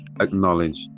acknowledge